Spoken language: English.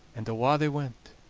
and awa' they went.